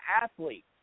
athlete